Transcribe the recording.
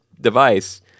device